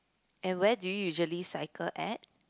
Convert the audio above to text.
and where do you usually cycle at